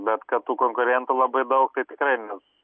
bet kad tų konkurentų labai daug tai tikrai nes